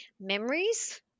memories